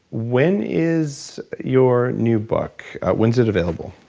when is your new book? when's it available?